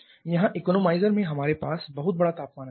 यहाँ इकोनोमाइजर में हमारे पास बहुत बड़ा तापमान अंतर है